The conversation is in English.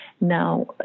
Now